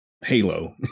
Halo